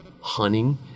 hunting